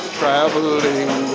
traveling